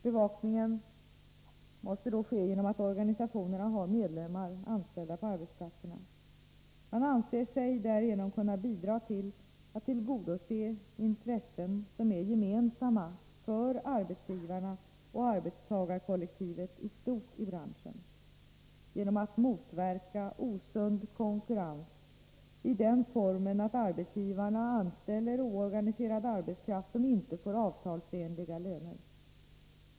Bevakningen måste då ske genom att organisationerna har medlemmar anställda på arbetsplatserna. Man anser sig därigenom kunna bidra till att tillgodose intressen som är gemensamma för arbetsgivarna och arbetstagarkollektivet i stort i branschen, genom att motverka osund konkurrens i den formen att arbetsgivarna anställer oorganiserad arbetskraft som inte får avtalsenliga löner.